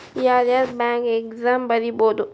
ಯಾರ್ಯಾರ್ bank exam ಬರಿಬೋದು